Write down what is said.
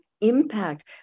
impact